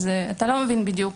אתה לא מבין בדיוק,